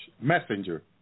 messenger